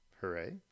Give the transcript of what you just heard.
hooray